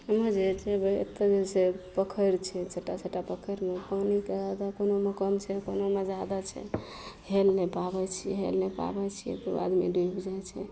ओइमे जे जेबय एतयसँ पोखरि छै छोटा छोटा पोखरिमे पानि तऽ कोनोमे कम छै कोनोमे जादा छै हेल नहि पाबय छियै हेल नहि पाबय छियै तऽ उ आदमी डुबि जाइ छै